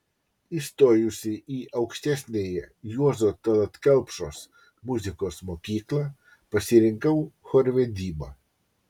įstojusi į aukštesniąją juozo tallat kelpšos muzikos mokyklą pasirinkau chorvedybą